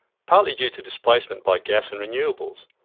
partly due to displacement by gas and renewables.